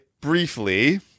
briefly